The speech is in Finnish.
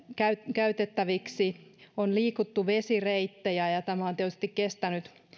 käytettäviksi on liikuttu vesireittejä ja ja tämä on tietysti kestänyt pidempään